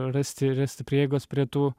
rasti rasti prieigos prie tų